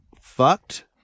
fucked